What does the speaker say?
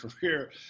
career